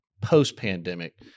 post-pandemic